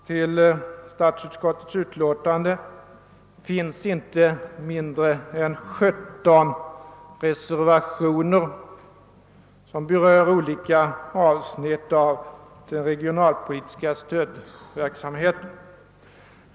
Till statsutskottets utlåtande finns inte mindre än 17 reservationer fogade, som berör olika avsnitt av den regionalpolitiska stödverksam heten.